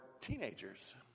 teenagers